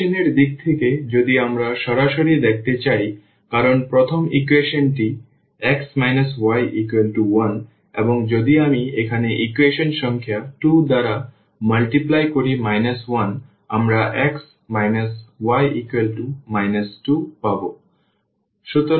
equation এর দিক থেকে যদি আমরা সরাসরি দেখতে চাই কারণ প্রথম ইকুয়েশন টি x y1 এবং যদি আমি এখানে ইকুয়েশন সংখ্যা 2 দ্বারা গুণ করি 1 আমরা x y 2 পাব